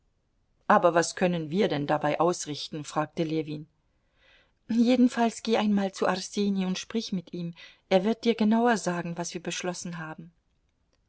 aber was können wir denn dabei ausrichten fragte ljewin jedenfalls geh einmal zu arseni und sprich mit ihm er wird dir genauer sagen was wir beschlossen haben